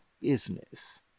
business